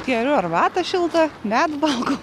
geriu arbatą šiltą medų valgau